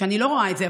ואני לא רואה את זה,